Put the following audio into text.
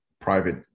private